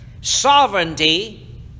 Sovereignty